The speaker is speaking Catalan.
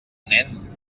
nen